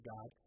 God